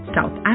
South